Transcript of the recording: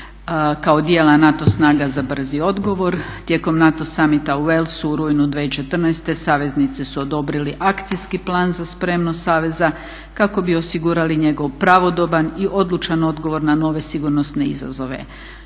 kao djela NATO snaga za brzi odgovor. Tijekom NATO summita u Wales u rujnu 2014.saveznici su odobrili akcijski plan za spremnost saveza kako bi osigurali njegov pravodoban i odlučan odgovor na nove sigurnosne izazove.